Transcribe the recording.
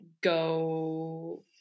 go